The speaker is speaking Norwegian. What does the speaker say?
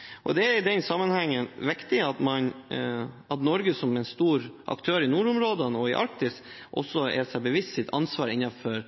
resten av verden. I den sammenhengen er det viktig at Norge, som en stor aktør i nordområdene og i Arktis, også er seg bevisst sitt ansvar innenfor